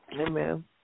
Amen